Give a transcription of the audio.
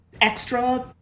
extra